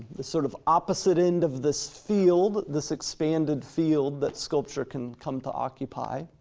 the sort of opposite end of this field, this expanded field that sculpture can come to occupy,